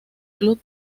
club